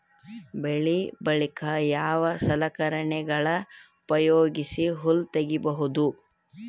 ಬೆಳಿ ಬಳಿಕ ಯಾವ ಸಲಕರಣೆಗಳ ಉಪಯೋಗಿಸಿ ಹುಲ್ಲ ತಗಿಬಹುದು?